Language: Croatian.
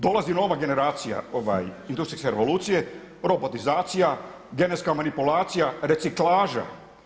Dolazi nova generacija industrijske revolucije, robotizacija, genetska manipulacija, reciklaža.